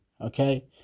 okay